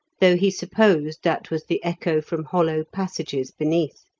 though he supposed that was the echo from hollow passages beneath.